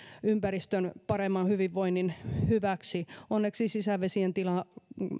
ympäristön paremman hyvinvoinnin hyväksi onneksi sisävesien tila